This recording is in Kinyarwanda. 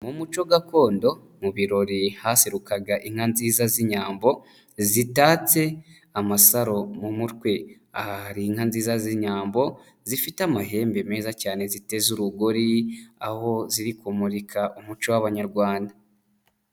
Mu muco gakondo mu birori haserukaga inka nziza z'inyambo, zitatse amasaro mu mutwe. Aha hari inka nziza z'inyambo, zifite amahembe meza cyane ziteza urugori, aho ziri kumurika umuco w'abanyarwanda.